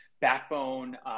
backbone